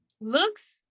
looks